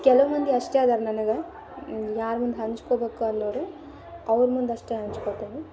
ಕೆಲವು ಮಂದಿ ಅಷ್ಟೇ ಅದಾರ ನನಗೆ ಯಾರ ಮುಂದೂ ಹಂಚ್ಕೋಬೇಕು ಅನ್ನೋವ್ರು ಅವ್ರ ಮುಂದೆ ಅಷ್ಟೇ ಹಂಚ್ಕೊತೇನೆ